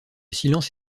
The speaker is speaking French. silence